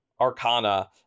arcana